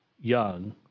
young